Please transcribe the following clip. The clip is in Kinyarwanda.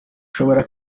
ushobora